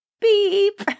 beep